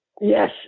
yes